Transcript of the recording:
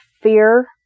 fear